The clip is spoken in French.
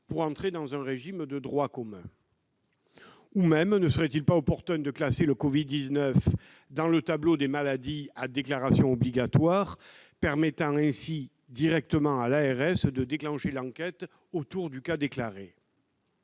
pour entrer dans un régime de droit commun ? Ne serait-il pas opportun de classer le Covid-19 dans le tableau des maladies à déclaration obligatoire, et de permettre ainsi directement à l'agence régionale de santé (ARS) de déclencher l'enquête autour du cas déclaré ?